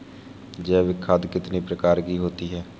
जैविक खाद कितने प्रकार की होती हैं?